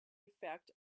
effect